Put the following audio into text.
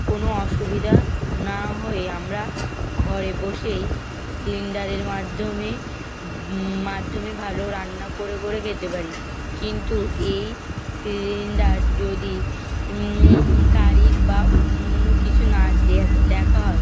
কোনো অসুবিধা না হয়ে আমরা ঘরে বসেই সিলিন্ডারের মাধ্যমে মাধ্যমে ভালো রান্না করে করে খেতে পারি কিন্তু এই সিলিন্ডার যদি তারিখ বা অন্য অন্য কিছু না দেখা হয়